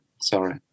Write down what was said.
Sorry